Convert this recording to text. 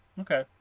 Okay